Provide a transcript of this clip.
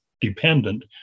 dependent